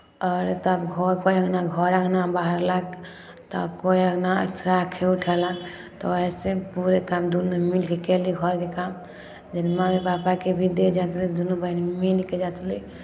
आओर तब घर कोइ अङ्गना घर अङ्गना बहारलक तऽ कोइ अङ्गना जा कऽ उठयलक तऽ एहिसँ पूरे काम दुनू मिलि कऽ कयली घरके काम जे मम्मी पप्पाके भी देह जँतली दुनू बहीन मिलि कऽ जँतली